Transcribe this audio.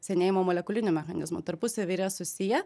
senėjimo molekulinių mechanizmų tarpusavy yra susiję